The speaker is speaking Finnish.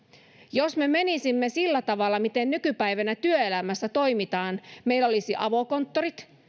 jos me menisimme sillä tavalla miten nykypäivänä työelämässä toimitaan meillä olisi avokonttorit